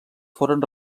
foren